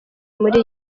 muri